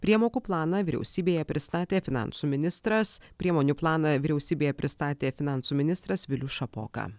priemokų planą vyriausybėje pristatė finansų ministras priemonių planą vyriausybėje pristatė finansų ministras vilius šapoka